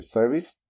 Service